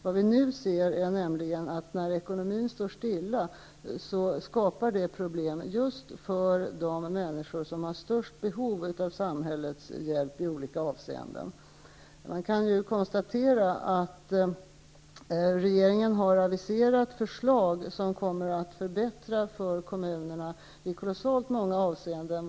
Vad vi nu ser är nämligen att när ekonomin står stilla skapar det problem för just de människor som har störst behov av samhällets hjälp i olika avseenden. Regeringen har aviserat förslag som kommer att förbättra för kommunerna i kolossalt många avseenden.